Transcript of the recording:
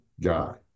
guy